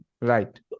Right